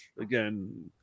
again